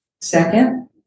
Second